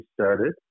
started